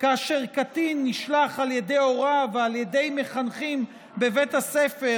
כאשר קטין נשלח על ידי הוריו ועל ידי מחנכים בבית הספר,